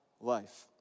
life